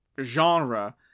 genre